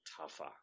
tougher